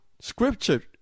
scripture